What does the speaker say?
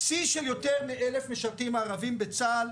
שיא של יותר מאלף משרתים ערבים בצה"ל,